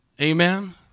Amen